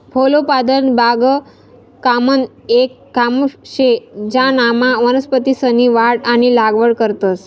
फलोत्पादन बागकामनं येक काम शे ज्यानामा वनस्पतीसनी वाढ आणि लागवड करतंस